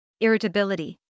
Irritability